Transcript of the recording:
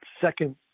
second